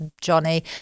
johnny